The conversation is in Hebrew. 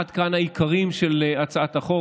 עד כאן העיקרים של הצעת החוק.